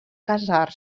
casar